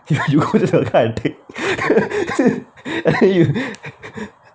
you go to your car and take and then you